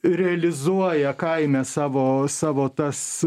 realizuoja kaime savo savo tas